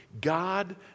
God